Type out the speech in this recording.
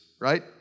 right